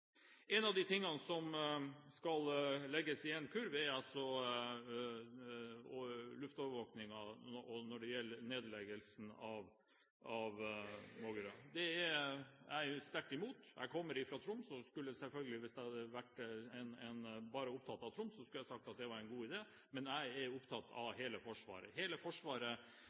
det, svarer de. Det er betenkelig å få en sånn type beskjeder. Én av de tingene som skal legges i en kurv, er luftovervåkingen og nedleggelsen av Mågerø. Det er jeg sterkt imot. Jeg kommer fra Troms og skulle selvfølgelig, hvis jeg bare hadde vært opptatt av Troms, sagt at det var en god idé, men jeg er opptatt av hele Forsvaret. Hele Forsvaret